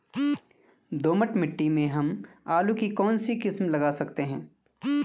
दोमट मिट्टी में हम आलू की कौन सी किस्म लगा सकते हैं?